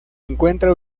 encuentra